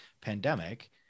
pandemic